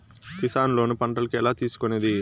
Kisan loan పంటలకు ఎలా తీసుకొనేది?